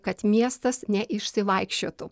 kad miestas neišsivaikščiotų